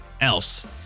else